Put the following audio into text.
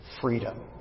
freedom